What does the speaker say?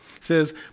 says